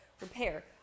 repair